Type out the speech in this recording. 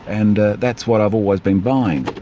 and ah that's what i've always been buying.